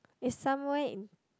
is somewhere in